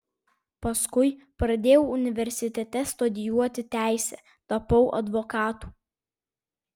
paskui pradėjau universitete studijuoti teisę tapau advokatu